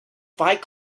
fight